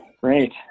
great